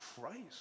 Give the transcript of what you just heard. Christ